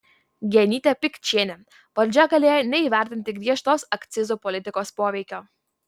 genytė pikčienė valdžia galėjo neįvertinti griežtos akcizų politikos poveikio